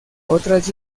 otras